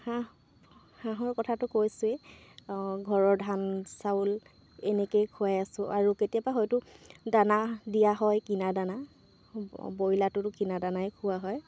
হাঁহ হাঁহৰ কথাটো কৈছোঁৱেই ঘৰৰ ধান চাউল এনেকৈয়ে খোৱাই আছো আৰু কেতিয়াবা হয়তো দানা দিয়া হয় কিনা দানা ব্ৰইলাৰটোতো কিনা দানাই খোৱা হয়